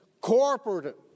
corporate